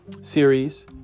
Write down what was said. series